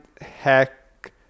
hack